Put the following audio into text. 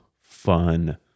fun